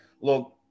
look